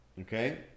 Okay